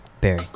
berry